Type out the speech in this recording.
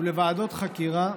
ולוועדות חקירה,